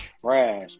trash